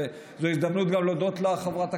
וזאת הזדמנות גם להודות לך,